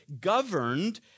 governed